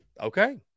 okay